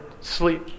sleep